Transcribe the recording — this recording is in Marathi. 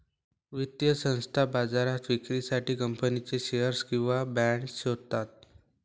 वित्तीय संस्था बाजारात विक्रीसाठी कंपनीचे शेअर्स किंवा बाँड शोधतात